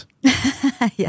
Yes